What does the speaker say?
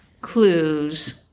clues